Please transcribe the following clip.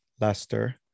Leicester